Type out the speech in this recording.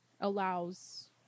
allows